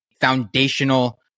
foundational